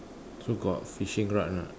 so got fishing rod or not